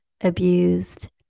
abused